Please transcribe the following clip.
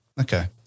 okay